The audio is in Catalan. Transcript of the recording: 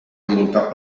envoltat